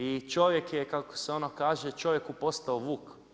I čovjek, kako se ono kaže, čovjeku postao vuk.